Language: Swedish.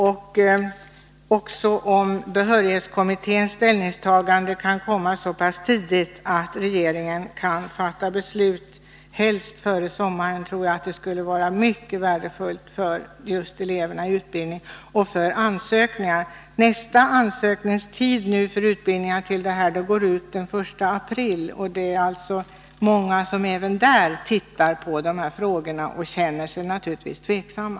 Om behörighetskommitténs ställningstagande kan komma så pass tidigt att regeringen kan fatta beslut helst före sommaren, tror jag det vore mycket värdefullt för just eleverna i utbildning och för ansökningarna. Nästa ansökningstid i detta sammanhang går ut den 1 april. Många elever ser på dessa frågor och känner sig tveksamma.